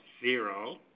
zero